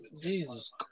Jesus